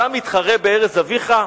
אתה מתחרה בארז אביך?